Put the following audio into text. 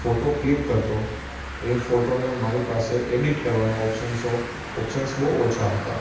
photo click કરતો હતો એ ફોટોને મારી પાસે એડિટ કરવાના ઓપશન્સો ઓપસન્સ બહુ ઓછા હતા